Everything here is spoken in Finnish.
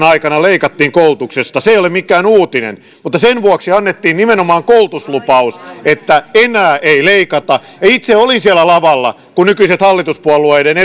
aikana leikattiin koulutuksesta ei ole mikään uutinen mutta sen vuoksi annettiin nimenomaan koulutuslupaus että enää ei leikata ja itse olin siellä lavalla kun nykyiset hallituspuolueiden